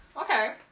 Okay